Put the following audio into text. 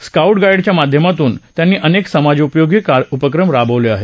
scout guide च्या माध्यमातून त्यांनी अनेक समाजपयोगी उपक्रम राबवले आहेत